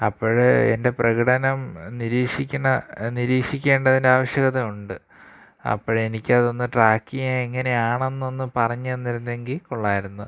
അപ്പോൾ എൻ്റെ പ്രകടനം നിരീക്ഷിക്കുന്ന നിരീക്ഷിക്കേണ്ടതിൻറ്റാവശ്യകത ഉണ്ട് അപ്പോഴെനിക്കതൊന്ന് ട്രാക്ക് ചെയ്യുക എങ്ങനെയാണെന്നൊന്നു പറഞ്ഞു തന്നിരുന്നെങ്കിൽ കൊള്ളാമായിരുന്നു